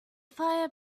fire